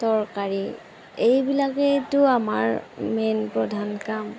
তৰকাৰী এইবিলাকেইতো আমাৰ মেইন প্ৰধান কাম